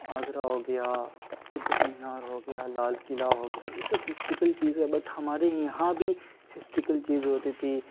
آگرہ ہو گیا قطب مینار ہو گیا لال قلعہ ہو گیا یہ سب ہسٹریکل چیز ہے بٹ ہمارے یہاں بھی ہسٹریکل چیز ہوتی تھی